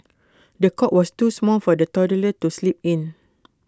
the cot was too small for the toddler to sleep in